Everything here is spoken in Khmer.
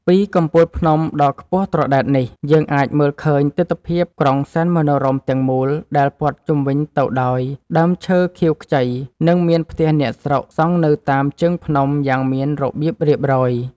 ពីកំពូលភ្នំដ៏ខ្ពស់ត្រដែតនេះយើងអាចមើលឃើញទិដ្ឋភាពក្រុងសែនមនោរម្យទាំងមូលដែលព័ទ្ធជុំវិញទៅដោយដើមឈើខៀវខ្ចី និង មានផ្ទះអ្នកស្រុកសង់នៅតាមជើងភ្នំយ៉ាងមានរបៀបរៀបរយ។